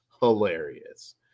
hilarious